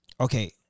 Okay